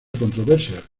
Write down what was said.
controversia